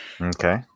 Okay